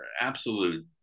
absolute